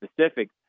specifics